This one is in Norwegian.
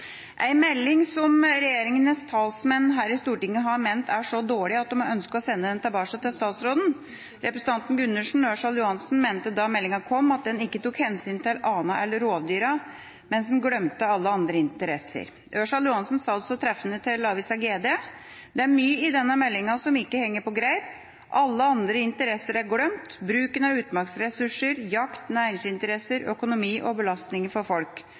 melding som regjeringas talsmenn her i Stortinget har ment er så dårlig at de har ønsket å sende den tilbake til statsråden. Representantene Gundersen og Ørsal Johansen mente da meldinga kom, at den ikke tok hensyn til annet enn rovdyra, mens den glemte alle andre interesser. Ørsal Johansen sa det så treffende til avisa GD: «I denne meldingen er det mye som ikke henger på greip.» – Alle andre interesser er glemt. – «Bruken av utmarksressursene, jakt, næringsinteresser, økonomi og belastningen for folk.